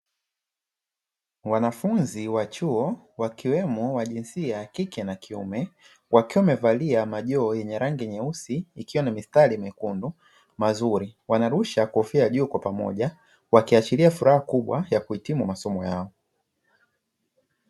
Wanafunzi wa chuo wakiwemo wa jinsia ya kike na kiume wakiwa wamevalia majoho yenye rangi nyeusi, ikiwa na mistari mekundu mazuri, wanarusha kofia juu kwa pamoja wakiashiria furaha kubwa ya kuhitimu masomo yao.